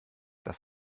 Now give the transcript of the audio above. das